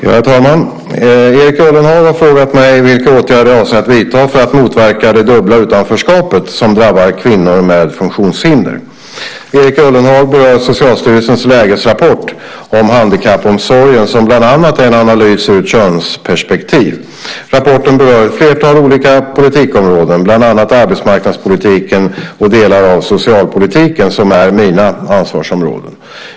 Herr talman! Erik Ullenhag har frågat mig vilka åtgärder jag avser att vidta för att motverka det dubbla utanförskapet som drabbar kvinnor med funktionshinder. Erik Ullenhag berör Socialstyrelsens lägesrapport om handikappomsorgen som bland annat är en analys i ett könsperspektiv. Rapporten berör ett flertal olika politikområden, bland annat arbetsmarknadspolitiken och delar av socialpolitiken som är mina ansvarsområden.